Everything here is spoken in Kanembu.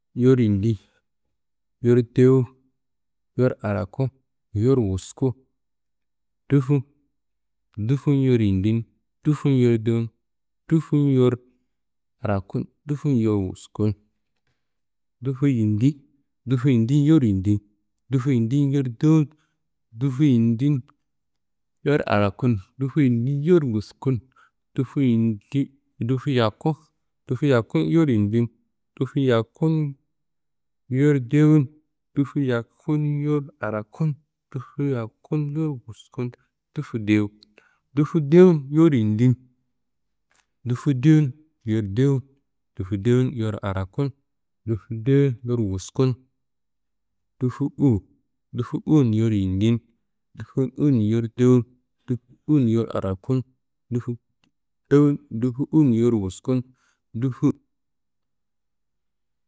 Yor yindi, yor dewu, yor araku, yor wusku, dufu, dufu n yor yindi n, dufu n yor dewu n, dufu n yor araku n, dufu n yor wusku n, dufu yindi, dufu yindi n yor yindi n, dufu yindi n yor dewu n, dufu yindi n yor araku n, dufu yindi n yor wusku n, dufu yindi, dufu yakku, dufu yakku n yor yindi n, dufu yakku n yor dewu n, dufu yakku n yor araku n, dufu yakku n yor wusku n, dufu dewu, dufu dewu n yor yindi n, dufu dewu n yor dewu n, dufu dewu n yor araku n, dufu dewu n yor wusku n, dufu uwu, dufu uwu- n yor yindi n, dufu uwu- n yor dewu n, dufu uwu- n yor araku n, dufu dewu, dufu uwu- n yor usku n, dufu.